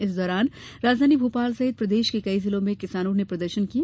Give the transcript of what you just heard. इस दौरान राजधानी भोपाल सहित प्रदेश के कई जिलों में किसानों ने प्रदर्शन किये